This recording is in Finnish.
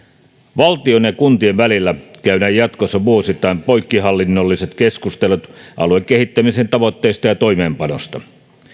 valtion ja kuntien välillä käydään jatkossa vuosittain poikkihallinnolliset keskustelut aluekehittämisen tavoitteista ja toimeenpanosta